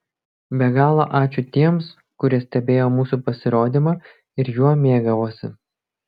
be galo ačiū tiems kurie stebėjo mūsų pasirodymą ir juo mėgavosi